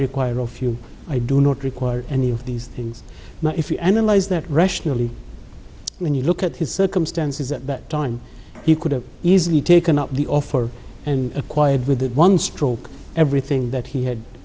require a few i do not require any of these things now if you analyze that rationally when you look at his circumstances at that time he could have easily taken up the offer and acquired with one stroke everything that he had